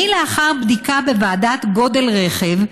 לאחר בדיקה בוועדת גודל רכב,